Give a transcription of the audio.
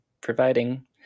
providing